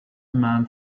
man